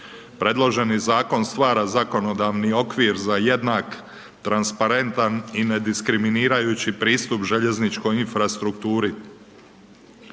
Predloženi Zakon stvara zakonodavni okvir za jednak, transparentan i nediskriminirajući pristup željezničkoj infrastrukturi,